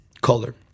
color